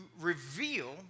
reveal